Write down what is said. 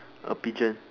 oh pigeon